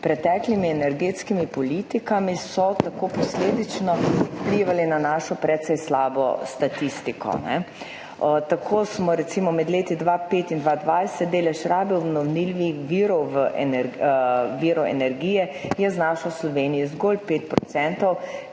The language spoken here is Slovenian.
preteklimi energetskimi politikami so tako posledično vplivali na našo precej slabo statistiko. Tako je recimo med letoma 2005 in 2020 delež rabe obnovljivih virov energije znašal v Sloveniji zgolj 5